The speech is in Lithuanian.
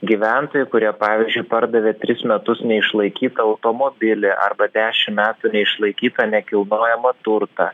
gyventojai kurie pavyzdžiui pardavė tris metus neišlaikytą automobilį arba dešim metų neišlaikytą nekilnojamą turtą